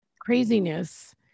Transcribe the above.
craziness